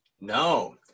No